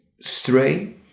stray